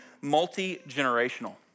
multi-generational